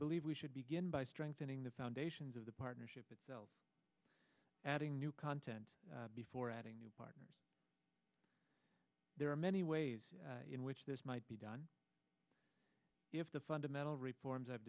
believe we should begin by strengthening the foundations of the partnership itself adding new content before adding new partners there are many ways in which this might be done if the fundamental reforms i've